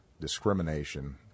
discrimination